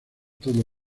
todo